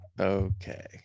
Okay